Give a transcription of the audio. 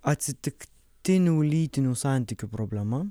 atsitiktinių lytinių santykių problema